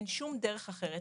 אין שום דרך אחרת,